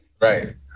Right